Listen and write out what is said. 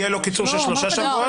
יהיה לו קיצור של שלושה שבועות.